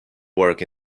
work